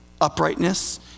uprightness